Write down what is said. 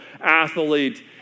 athlete